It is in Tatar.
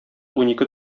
унике